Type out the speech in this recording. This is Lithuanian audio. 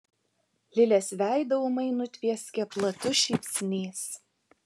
lilės veidą ūmai nutvieskė platus šypsnys